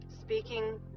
speaking